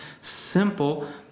simple